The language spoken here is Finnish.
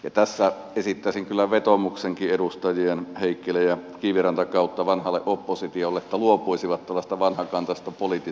ja tässä esittäisin kyllä vetoomuksenkin edustajien heikkilä ja kiviranta kautta vanhalle oppositiolle että luopuisivat tuollaisesta vanhakantaisesta politisoinnista